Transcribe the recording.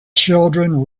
children